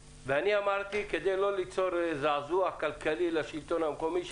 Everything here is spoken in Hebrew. וכדי לא ליצור זעזוע כלכלי לשלטון המקומי,